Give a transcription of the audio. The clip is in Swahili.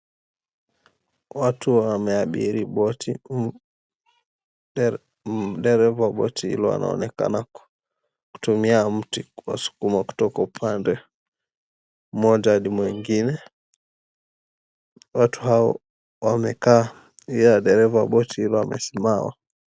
Watu wameabiri boti, dereva wa boti hilo anaonekana kutumia mti kuwasukuma kutoka upande mmoja hadi mwingine. Watu hao wamekaa ila dereva wa boti hilo amesimama.